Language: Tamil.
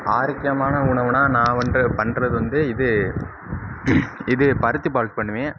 ஆரோக்கியமான உணவுனா நான் வந்து பண்ணுறது வந்து இது இது பருத்தி பால் பண்ணுவேன்